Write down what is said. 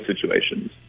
situations